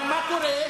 אבל מה קורה?